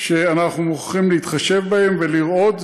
שאנחנו מוכרחים להתחשב בהן ולראות.